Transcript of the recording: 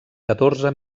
catorze